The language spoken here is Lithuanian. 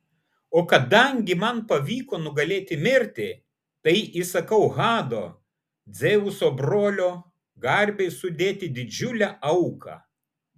o kadangi man pavyko nugalėti mirtį tai įsakau hado dzeuso brolio garbei sudėti didžiulę auką